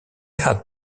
had